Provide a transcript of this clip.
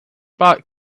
bought